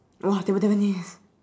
!wah! table tennis